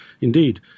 Indeed